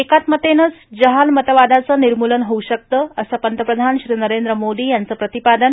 एकत्मतेनंच जहालमतवादाचं निर्मूलन होऊ शकतं असं पंतप्रधान श्री नरेंद्र मोदी यांचं प्रतिपादन